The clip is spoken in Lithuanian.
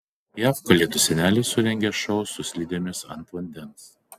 jav kalėdų senelis surengė šou su slidėmis ant vandens